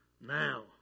Now